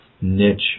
niche